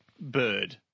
bird